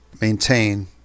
maintain